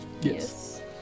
Yes